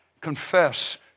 confess